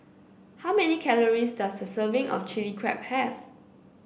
how many calories does a serving of Chilli Crab have